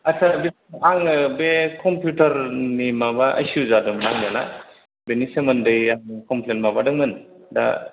आदसा आंनो बे कम्पिउटारनि माबा आइ चि इउ जादोंमोन नालाय बेनि सोमोन्दै आङो कमप्लेइन माबादोंमोन दा